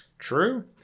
True